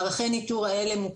מערכי הניטור האלה,